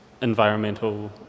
environmental